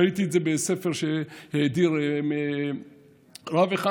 ראיתי את זה בספר שההדיר רב אחד.